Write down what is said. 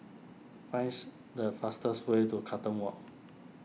finds the fastest way to Carlton Walk